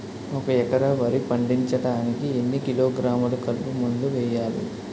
ఒక ఎకర వరి పండించటానికి ఎన్ని కిలోగ్రాములు కలుపు మందు వేయాలి?